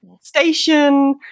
station